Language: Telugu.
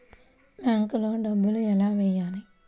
బ్యాంక్లో డబ్బులు ఎలా వెయ్యాలి?